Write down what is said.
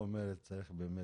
נכון,